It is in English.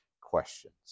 questions